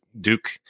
Duke